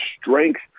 strength